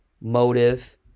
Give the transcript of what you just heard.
Motive